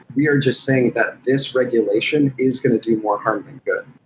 we are just saying that this regulation is gonna do more harm than good.